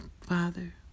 Father